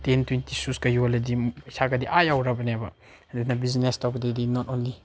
ten twenty ꯁꯨꯁꯀ ꯌꯣꯜꯂꯗꯤ ꯄꯩꯁꯥꯀꯗꯤ ꯑꯥ ꯌꯧꯔꯕꯅꯦꯕ ꯑꯗꯨꯅ ꯕꯤꯖꯤꯅꯦꯁ ꯇꯧꯕꯗꯗꯤ ꯅꯣꯠ ꯑꯣꯡꯂꯤ